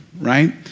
Right